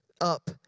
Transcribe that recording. up